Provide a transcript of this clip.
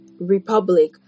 republic